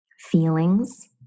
feelings